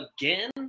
again